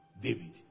David